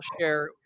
share